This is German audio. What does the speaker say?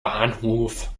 bahnhof